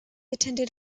attended